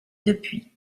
depuis